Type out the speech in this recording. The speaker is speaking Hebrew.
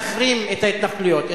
להחרים את ההתנחלויות,